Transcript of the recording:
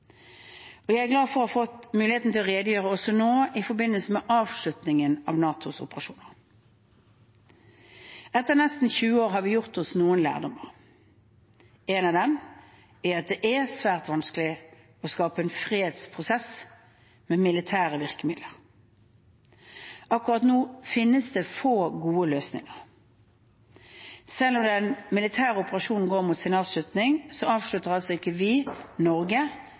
Jeg er glad for å ha fått muligheten til å redegjøre også nå i forbindelse med avslutningen av NATOs operasjon. Etter nesten 20 år har vi gjort oss noen lærdommer. En av dem er at det er svært vanskelig å skape en fredsprosess med militære virkemidler. Akkurat nå finnes det få gode løsninger. Selv om den militære operasjonen går mot sin avslutning, avslutter altså ikke vi – Norge